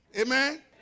Amen